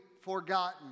forgotten